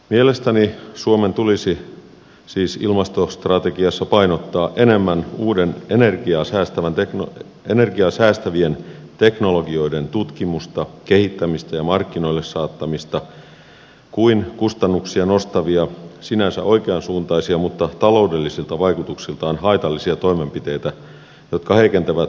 mielestäni suomen tulisi siis ilmastostrategiassa painottaa enemmän uusien energiaa säästävien teknologioiden tutkimusta kehittämistä ja markkinoille saattamista kuin kustannuksia nostavia sinänsä oikean suuntaisia mutta taloudellisilta vaikutuksiltaan haitallisia toimenpiteitä jotka heikentävät teollisuutemme kilpailukykyä